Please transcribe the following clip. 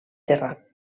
terrat